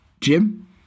Jim